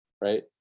right